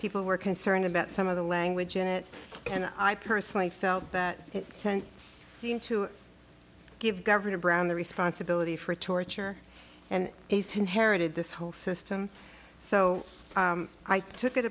people were concerned about some of the language in it and i personally felt that sense seemed to give governor brown the responsibility for torture and a sin heritage this whole system so i took it